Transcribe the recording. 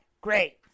Great